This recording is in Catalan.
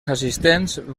assistents